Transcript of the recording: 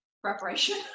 preparation